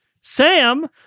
Sam